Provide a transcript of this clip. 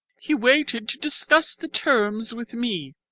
he waited to discuss the terms with me.